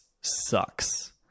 sucks